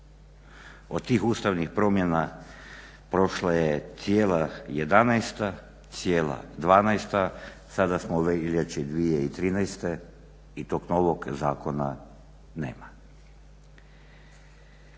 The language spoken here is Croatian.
Od tih Ustavnih promjena prošla je cijela 11., cijela 12. sada je već i 2013. i tog novog zakona nema.